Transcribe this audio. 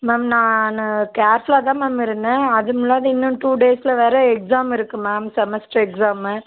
ma'am நான் கேர்ஃபுல்லாக தான் மேம் இருந்தேன் அதுவும் இல்லாத இன்னொன்று டூ டேஸில் வேறு எக்ஸாம் இருக்கு மேம் செமஸ்டர் எக்ஸாமு